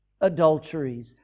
adulteries